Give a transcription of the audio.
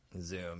Zoom